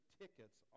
tickets